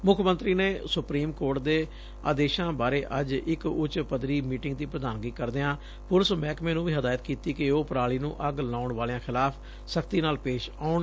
ਮੁੱਖ ਮੰਤਰੀ ਨੇ ਸੁਪਰੀਮ ਕੋਰਟ ਦੇ ਆਦੇਸ਼ਾਂ ਬਾਰੇ ਅੱਜ ਇਕ ਉੱਚ ਪੱਧਰੀ ਮੀਟਿੰਗ ਦੀ ਪ੍ਰਧਾਨਗੀ ਕਰਦਿਆਂ ਪੁਲਿਸ ਮਹਿਕਮੇ ਨੰ ਵੀ ਹਦਾਇਤ ਕੀਤੀ ਕਿ ਉਹ ਪਰਾਲੀ ਨੰ ਅੱਗ ਲਾਉਣ ਵਾਲਿਆਂ ਖਿਲਾਫ਼ ਸਖਤੀ ਨਾਲ ਪੇਸ਼ ਆਉਣ